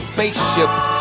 Spaceships